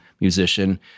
musician